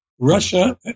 Russia